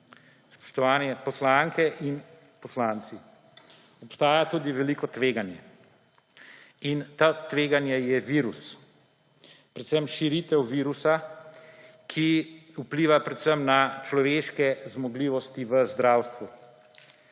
spoštovane poslanke in poslanci, obstaja tudi veliko tveganje. In to tveganje je virus, predvsem širitev virusa, ki vpliva predvsem na človeške zmogljivosti v zdravstvu.